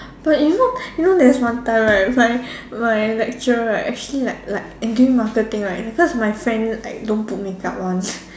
but you know you know there's one time right my my lecturer right actually like like eh during marketing right cause my friend like don't put makeup one